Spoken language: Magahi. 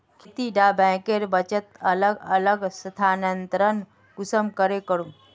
खेती डा बैंकेर बचत अलग अलग स्थानंतरण कुंसम करे करूम?